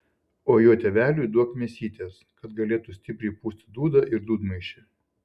o jo tėveliui duok mėsytės kad galėtų stipriai pūsti dūdą ir dūdmaišį